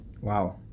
Wow